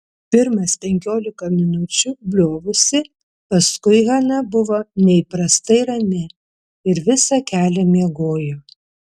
pirmas penkiolika minučių bliovusi paskui hana buvo neįprastai rami ir visą kelią miegojo